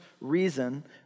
reason